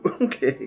okay